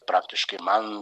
praktiškai man